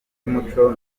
y’umuco